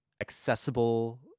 accessible